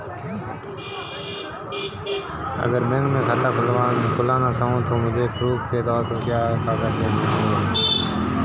अगर मैं बैंक में खाता खुलाना चाहूं तो मुझे प्रूफ़ के तौर पर क्या क्या कागज़ देने होंगे?